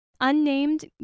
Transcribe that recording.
Unnamed